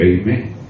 amen